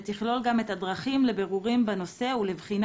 ותכלול גם את הדרכים לבירורים בנושא ולבחינה